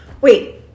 wait